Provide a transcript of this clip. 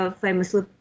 famously